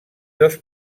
dos